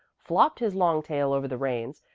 flopped his long tail over the reins,